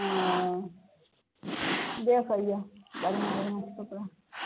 हँअऽ देख लिअ बढ़िआँ बढ़िआँ छै कपड़ा